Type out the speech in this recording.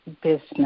business